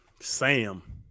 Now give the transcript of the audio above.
Sam